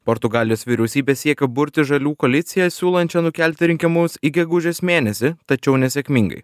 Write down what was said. portugalijos vyriausybė siekia burti žalių koaliciją siūlančią nukelti rinkimus į gegužės mėnesį tačiau nesėkmingai